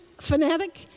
fanatic